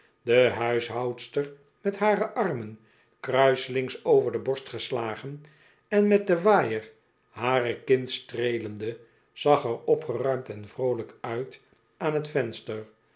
de huishoudster met hare armen kruiselings over de borst geslagen en met den waaier hare kin streelende zag er opgeruimd on vroolijk uit aan t venster